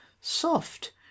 soft